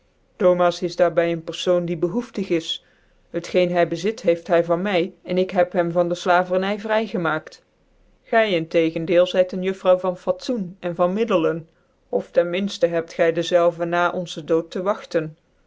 thomas is daar by een pcrfoon die behoeftig is het geen hy bezit heeft hy van my en ik heb hem van de flaverny vry gemaakt gy in tegendeel zyt een juffrouw van fatzoen cn van middelen of ten min ft en hebt gy dezelve na on doo l te wagtcn